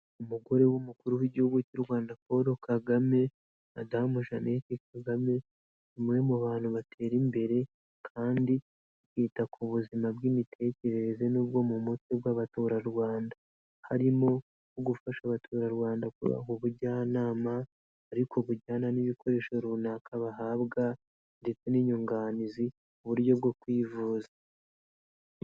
Umugore w'Umukuru w'Igihugu cy'u Rwanda Paul Kagame Madamu Jeannette Kagame, ni umwe mu bantu batera imbere kandi akita ku buzima bw'imitekerereze n'ubwo mu mutwe bw'abaturarwanda, harimo nko gufasha abaturarwanda kubaha ubujyanama ariko bujyana n'ibikoresho runaka bahabwa ndetse n'inyunganizi mu buryo bwo kwivuza.